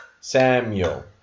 Samuel